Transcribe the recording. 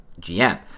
GM